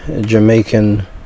Jamaican